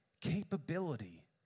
capability